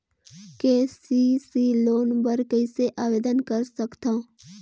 KCC loan बर कइसे आवेदन कर सकथव?